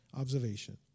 observation